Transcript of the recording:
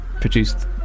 produced